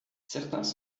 certains